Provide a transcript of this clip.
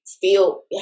feel